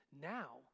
now